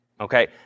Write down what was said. Okay